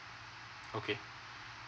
okay